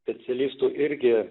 specialistų irgi